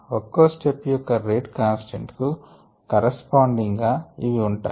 ఒక్కో స్టెప్ యొక్క rate constant కు కరస్పాండిగ్ గా ఇవి ఉంటాయి